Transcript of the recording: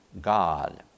God